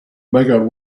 bigger